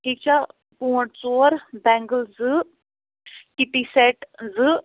ٹھیٖک چھا پونٛڈ ژور بینٛگٕل زٕ کِٹی سیٚٹ زٕ